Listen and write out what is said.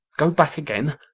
go back again,